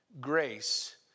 grace